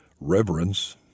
reverence